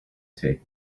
take